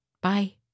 bye